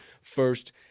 first